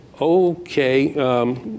okay